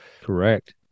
Correct